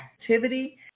activity